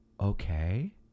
okay